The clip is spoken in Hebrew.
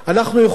אנחנו יכולים,